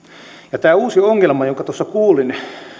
ja tämä uusi ongelma jonka tuossa kuulin